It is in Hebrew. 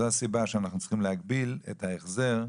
זו הסיבה שאנחנו צריכים להגביל את ההחזר.